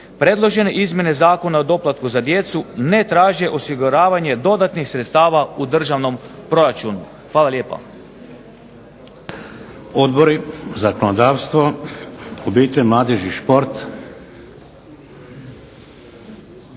Predložene izmjene Zakona o doplatku za djecu ne traže osiguravanje dodatnih sredstava u državnom proračunu. Hvala lijepa.